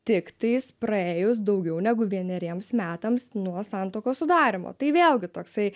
tiktais praėjus daugiau negu vieneriems metams nuo santuokos sudarymo tai vėlgi toksai